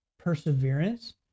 Perseverance